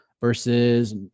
versus